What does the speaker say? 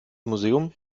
museum